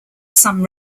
some